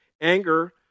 Anger